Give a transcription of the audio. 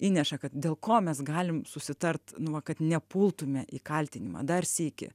įneša kad dėl ko mes galim susitart nu va kad nepultume į kaltinimą dar sykį